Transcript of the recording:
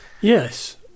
Yes